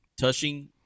touching